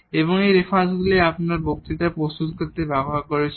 এবং এই রেফারেন্সগুলি আমরা এই বক্তৃতা প্রস্তুত করতে ব্যবহার করেছি